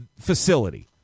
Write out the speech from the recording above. facility